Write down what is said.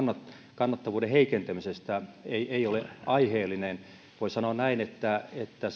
kannattavuuden heikentämisestä ei ole aiheellinen voisi sanoa näin että että